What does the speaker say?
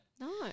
No